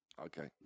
Okay